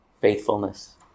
faithfulness